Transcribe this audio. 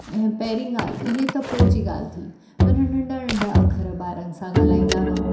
ऐं पहिरीं ॻाल्हि इहे त पोइ जी ॻाल्हि थी पर नंढा नंढा अखर ॿारनि सां ॻाल्हाईंदा रहूं